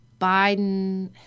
Biden